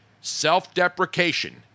Self-deprecation